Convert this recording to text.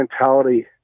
mentality